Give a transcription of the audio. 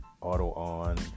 auto-on